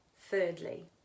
thirdly